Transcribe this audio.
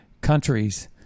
countries